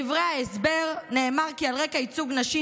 בדברי ההסבר נאמר כי על רקע ייצוג נשי